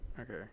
Okay